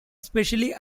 specially